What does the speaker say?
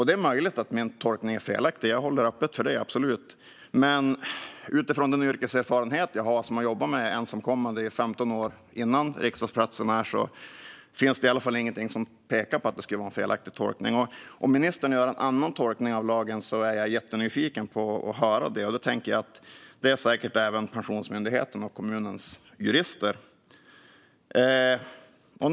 Det är möjligt att min tolkning är felaktig, jag håller öppet för det, men utifrån den yrkeserfarenhet jag har då jag har jobbat med ensamkommande i 15 år innan jag fick riksdagsplatsen här finns det i alla fall ingenting som pekar på att det skulle vara en felaktig tolkning. Om ministern gör en annan tolkning av lagen är jag jättenyfiken på att höra det, och jag tänker att säkert även Pensionsmyndigheten och kommunens jurister är det.